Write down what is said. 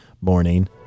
morning